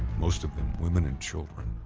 most of them women and children.